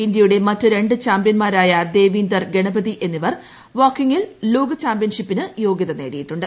ഇന്തൃയുടെ മറ്റ് രണ്ട് ചാമ്പ്യന്മാരായ ദേവിന്ദർ ഗണപതി എന്നിപ്പൂർ വാക്കിങ്ങിൽ ലോക ചാമ്പ്യൻഷിപ്പിന് യോഗ്യത നേടിയിട്ടുണ്ട്